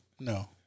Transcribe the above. No